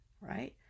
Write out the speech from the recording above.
right